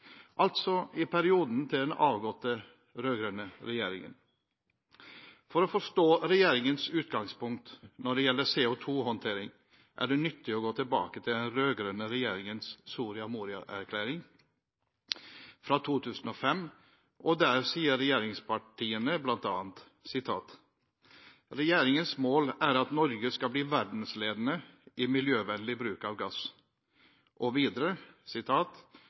altså i perioden til den avgåtte rød-grønne regjeringen. For å forstå regjeringens utgangspunkt når det gjelder CO2-håndtering, er det nyttig å gå tilbake til den rød-grønne regjeringens Soria Moria-erklæring fra 2005, og der sier regjeringspartiene bl.a.: «Regjeringens mål er at Norge skal bli verdensledende i miljøvennlig bruk av gass.» Videre